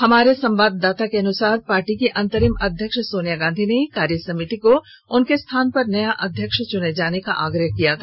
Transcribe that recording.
हमारे संवाददाता के अनुसार पार्टी की अंतरिम अध्यक्ष सोनिया गांधी ने कार्यसमिति को उनके स्थान पर नया अध्यक्ष चुने जाने का आग्रह किया था